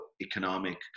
economic